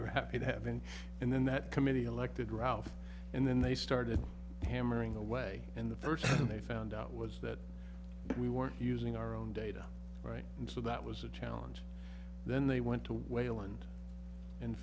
were happy to have him and then that committee elected ralph and then they started hammering away and the first thing they found out was that we weren't using our own data right and so that was a challenge then they went to wayland and